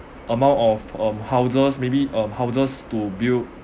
amount of um houses maybe uh houses to build